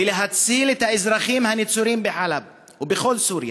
ולהציל את האזרחים הנצורים בחאלב ובכל סוריה.